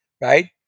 right